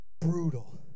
Brutal